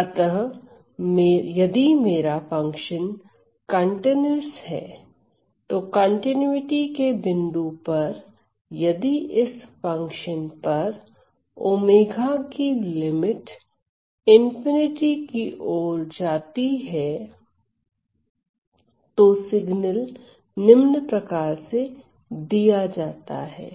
अतः यदि मेरा फंक्शन कंटीन्यूअस है तो कॉन्टिनुइटी के बिंदु पर यदि इस फंक्शन पर 𝛚 की लिमिट ∞ की ओर जाती है तो सिग्नल निम्न प्रकार से दिया जाता है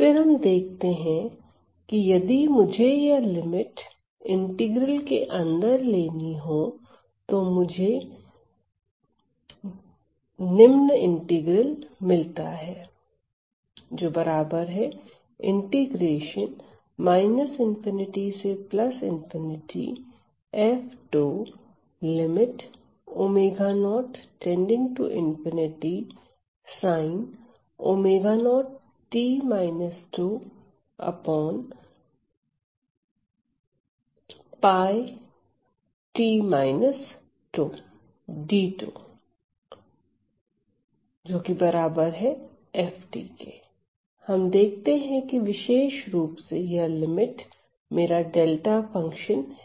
फिर हम देखते हैं यदि मुझे यह लिमिट इंटीग्रल के अंदर लेनी हो तो मुझे निम्न इंटीग्रल मिलता है हम देखते हैं कि विशेष रुप से यह लिमिट मेरा डेल्टा फंक्शन है